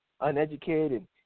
uneducated